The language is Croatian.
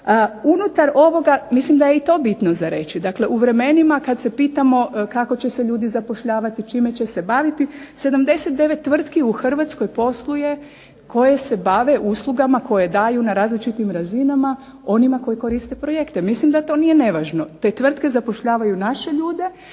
Unutar ovoga, mislim da je i to bitno za reći, dakle u vremenima kad se pitamo kako će se ljudi zapošljavati, čime će se baviti, 79 tvrtki u Hrvatskoj posluje koje se bave uslugama koje daju na različitim razinama onima koji koriste projekte. Mislim da to nije nevažno. Te tvrtke zapošljavaju naše ljude,